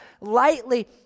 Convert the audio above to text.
lightly